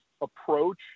approach –